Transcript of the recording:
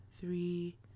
three